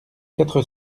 quatre